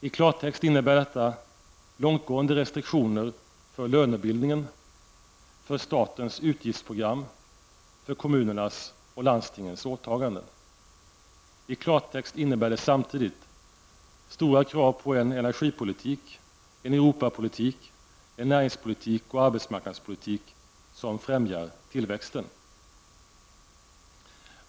I klartext innebär detta långtgående restriktioner för lönebildningen, för statens utgiftsprogram samt för kommunernas och landstingens åtaganden. I klartext innebär det samtidigt stora krav på en energipolitik, en Europapolitik, en näringspolitik och en arbetsmarknadspolitik, som främjar tillväxten.